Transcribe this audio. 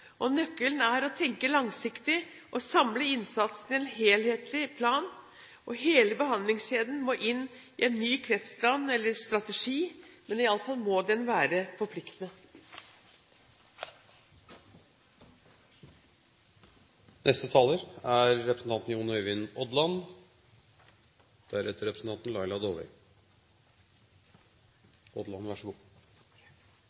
på. Nøkkelen er å tenke langsiktig og samle innsatsen i en helhetlig plan. Hele behandlingskjeden må inn i en ny kreftplan eller strategi – iallfall må den være forpliktende. Først vil jeg gi honnør til representanten Høie for interpellasjonen. Den er